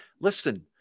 Listen